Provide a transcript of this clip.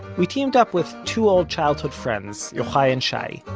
we teamed up with two old childhood friends, yochai and shai,